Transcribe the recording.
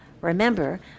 remember